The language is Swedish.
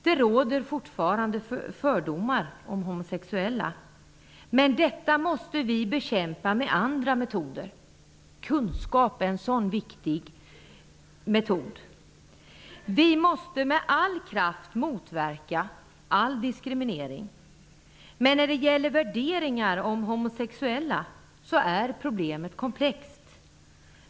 Det råder fortfarande fördomar om homosexuella, men detta måste vi bekämpa med andra metoder. Att sprida kunskap är en viktig metod. Vi måste med all kraft motverka all diskriminering. Men när det gäller värderingar om homosexuella är problemet komplext.